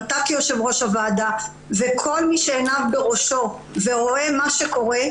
אתה כיושב ראש הוועדה וכל מי שעיניו בראשו ורואה מה שקורה.